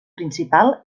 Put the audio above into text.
principal